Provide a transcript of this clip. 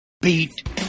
Beat